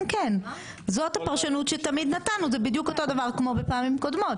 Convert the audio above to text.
זה בדיוק אותו דבר כמו בפעמים קודמות.